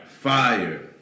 Fire